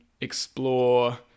explore